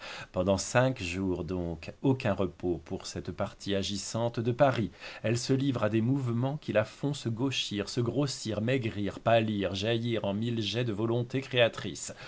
pendant cinq jours donc aucun repos pour cette partie agissante de paris elle se livre à des mouvements qui la font se gauchir se grossir maigrir pâlir jaillir en mille jets de volonté créatrice